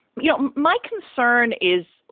you know, my concern is,